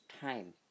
time